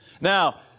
Now